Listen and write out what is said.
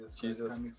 Jesus